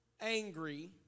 angry